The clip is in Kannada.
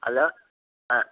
ಅಲೋ ಹಾಂ